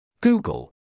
Google